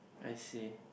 I see